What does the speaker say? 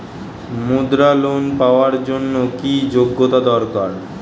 মুদ্রা লোন পাওয়ার জন্য কি যোগ্যতা দরকার?